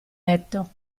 letto